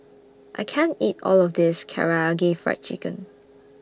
I can't eat All of This Karaage Fried Chicken